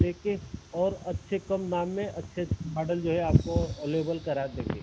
देख के और अच्छे कम दाम में अच्छे माडल जो है आपको अवलेबल करा देंगे